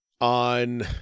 On